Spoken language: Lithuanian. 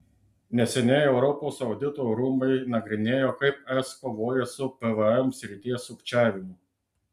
neseniai europos audito rūmai nagrinėjo kaip es kovoja su pvm srities sukčiavimu